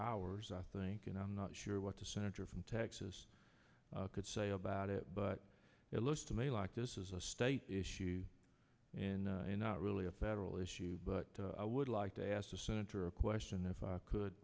oversee ours i think and i'm not sure what the senator from texas could say about it but it looks to me like this is a state issue and not really a federal issue but i would like to ask the senator a question if i could